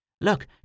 Look